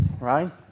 right